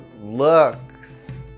looks